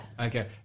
Okay